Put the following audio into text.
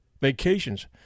vacations